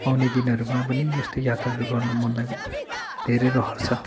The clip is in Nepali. आउने दिनहरूमा पनि यस्तो यात्राहरू गर्न मलाई धेरै रहर छ